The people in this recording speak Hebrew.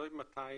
תלוי מתי